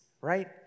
right